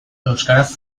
euskaraz